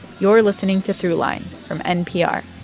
you're listening to throughline from npr.